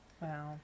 Wow